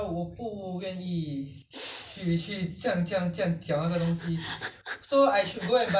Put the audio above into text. mm if you eat on~ once in a while I think it's fine it's not that you eat it too often